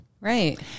Right